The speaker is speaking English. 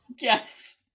yes